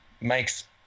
makes